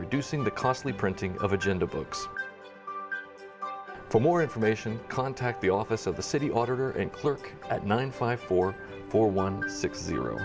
reducing the costly printing of agenda books for more information contact the office of the city auditor and clerk at nine five four four one six zero